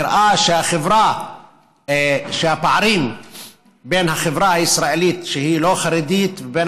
נראה שהפערים בין החברה הישראלית שהיא לא חרדית ובין